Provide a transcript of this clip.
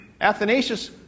Athanasius